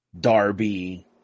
Darby